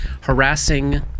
harassing